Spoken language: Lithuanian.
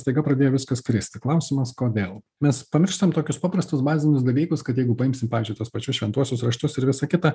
staiga pradėjo viskas kristi klausimas kodėl mes pamirštam tokius paprastus bazinius dalykus kad jeigu paimsim pavyzdžiui tuos pačius šventuosius raštus ir visa kita